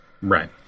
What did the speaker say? right